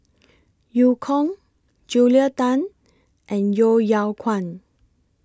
EU Kong Julia Tan and Yeo Yeow Kwang